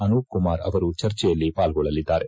ಅನುಪ್ ಕುಮಾರ್ ಅವರು ಚರ್ಚೆಯಲ್ಲಿ ಪಾಲ್ಗೊಳ್ಳಲಿದ್ದಾರೆ